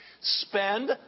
spend